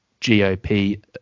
GOP